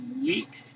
week